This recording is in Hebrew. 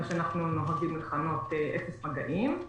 מה שאנחנו נוהגים לכנות אפס מגעים.